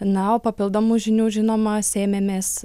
na o papildomų žinių žinoma sėmėmės